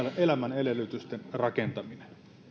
elämän edellytysten rakentaminen